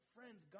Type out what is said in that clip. Friends